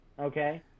okay